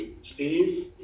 Steve